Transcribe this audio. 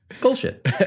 Bullshit